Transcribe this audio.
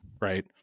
right